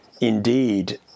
Indeed